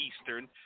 Eastern